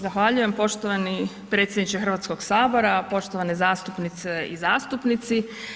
Zahvaljujem poštovani predsjedniče Hrvatskog sabora, poštovane zastupnice i zastupnici.